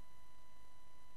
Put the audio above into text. הצוות